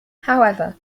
however